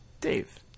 Dave